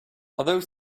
although